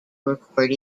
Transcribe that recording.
record